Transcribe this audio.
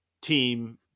team